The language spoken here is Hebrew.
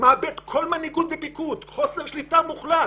מאבד כל מנהיגות ופיקוד חוסר שליטה מוחלט.